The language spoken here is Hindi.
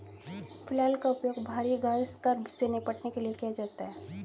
फ्लैल का उपयोग भारी घास स्क्रब से निपटने के लिए किया जाता है